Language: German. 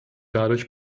dadurch